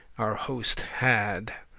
our hoste had.